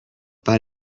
pas